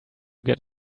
get